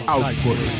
Output